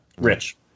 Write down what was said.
Rich